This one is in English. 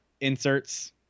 inserts